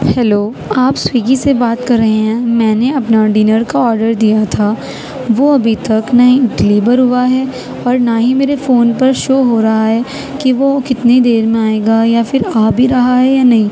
hello آپ Swiggy سے بات کر رہے ہیں میں نے اپنا ڈنر کا آرڈر دیا تھا وہ ابھی تک نہیں ڈلیور ہوا ہے اور نہ ہی میرے فون پر شو ہو رہا ہے کہ وہ کتنی دیر میں آئے گا یا پھر آ بھی رہا ہے یا نہیں